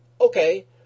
Okay